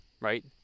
right